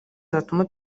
zatuma